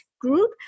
group